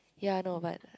ya I know but